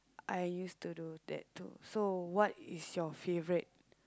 I used to do that too so what is your favourite